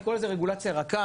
אני קורא לזה רגולציה רכה,